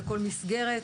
לכל מסגרת.